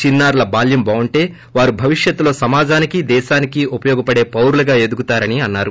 చిన్నా రుల బాల్యం బాగుంటే వారు భవిష్యత్తులో సమాజానికీ దేశానికి ఉపయోగపడే పౌరులుగా ఎదుగుతారని అన్నారు